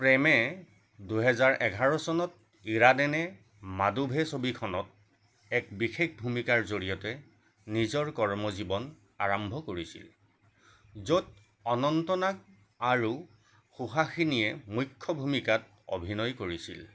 প্ৰেমে দুহেজাৰ এঘাৰ চনত ইৰাডেনে মাদুভে ছবিখনত এক বিশেষ ভূমিকাৰ জৰিয়তে নিজৰ কৰ্মজীৱন আৰম্ভ কৰিছিল য'ত অনন্ত নাগ আৰু সুহাসিনীয়ে মুখ্য ভূমিকাত অভিনয় কৰিছিল